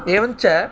एवं च